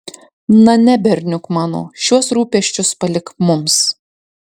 na ne berniuk mano šiuos rūpesčius palik mums